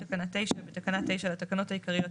ביטול תקנה 9 6.בתקנה 9 לתקנות העיקריות,